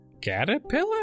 caterpillar